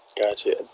Gotcha